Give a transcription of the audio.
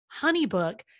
HoneyBook